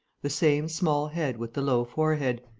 the same small head with the low forehead,